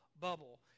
bubble